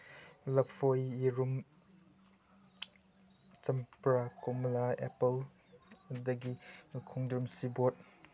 ꯂꯐꯣꯏ ꯌꯦꯔꯨꯝ ꯆꯝꯄ꯭ꯔꯥ ꯀꯣꯝꯂꯥ ꯑꯦꯄꯜ ꯑꯗꯒꯤ ꯈꯣꯡꯗ꯭ꯔꯨꯝ ꯁꯤꯕꯣꯠ